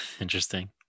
interesting